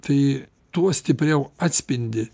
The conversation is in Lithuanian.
tai tuo stipriau atspindi